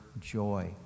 joy